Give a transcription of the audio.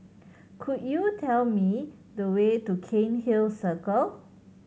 could you tell me the way to Cairnhill Circle